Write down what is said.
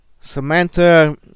Samantha